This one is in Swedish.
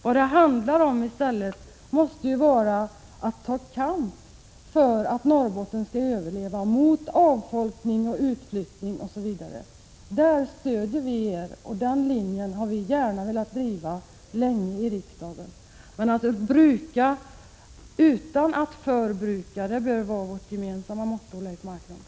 Vad det måste handla om är att ta kamp för att Norrbotten skall överleva, mot avfolkning, utflyttning osv. Där stöder vi er. Den linjen har vi länge velat driva i riksdagen. Att bruka utan att förbruka bör vara vårt gemensamma motto, Leif Marklund.